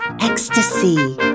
Ecstasy